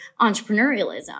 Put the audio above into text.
entrepreneurialism